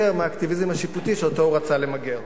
מהאקטיביזם השיפוטי שאותו הוא רצה למגר,